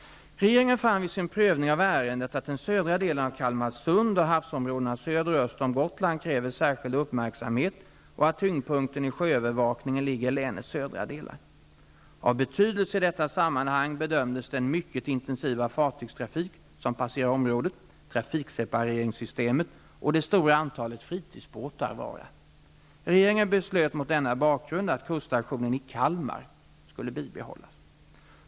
Regeringen fann vid sin prövning av ärendet att den södra delen av Kalmarsund och havsområdena söder och öster om Öland kräver särskild uppmärksamhet och att tyngdpunkten i sjöövervakningen ligger i länets södra delar. Av betydelse i detta sammanhang bedömdes den mycket intensiva fartygstrafik som passerar genom området, trafiksepareringssystemet och det stora antalet fritidsbåtar vara. Regeringen beslöt mot denna bakgrund att kuststationen i Kalmar skulle bibehållas.